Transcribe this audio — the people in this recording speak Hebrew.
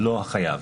לא החייב.